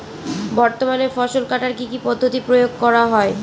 বর্তমানে ফসল কাটার কি কি পদ্ধতি প্রয়োগ করা হয়?